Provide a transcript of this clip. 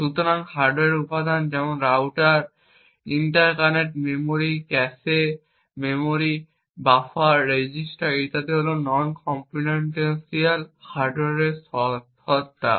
সুতরাং হার্ডওয়্যার উপাদান যেমন router interconnect memory cache memory buffer register ইত্যাদি হল নন কম্পিউটেশনাল হার্ডওয়্যার সত্তা